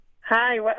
Hi